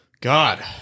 God